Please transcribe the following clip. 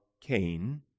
Cain